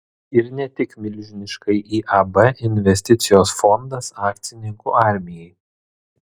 ir ne tik milžiniškai iab investicijos fondas akcininkų armijai